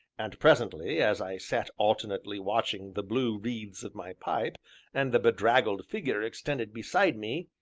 and, presently, as i sat alternately watching the blue wreaths of my pipe and the bedraggled figure extended beside me,